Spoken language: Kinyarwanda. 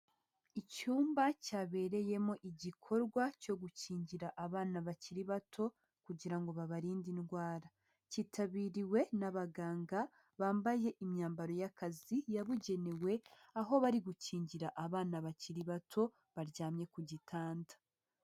Icyumba cyabereyemo igikorwa cyo gukingira abana bakiri bato kugira ngo babarinde indwara. Cyitabiriwe n'abaganga bambaye imyambaro y'akazi yabugenewe aho bari gukingira abana bakiri bato baryamye ku gitanda.